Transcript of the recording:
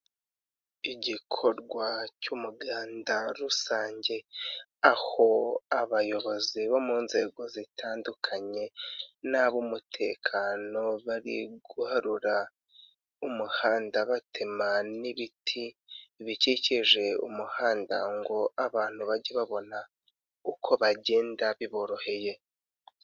Igikorwa cy'umuganda rusange, aho abayobozi bo mu nzego zitandukanye n'ab'umutekano bari guharura umuhanda batema n'ibiti bikikije umuhanda ngo abantu bajye babona uko bagenda biboroheye.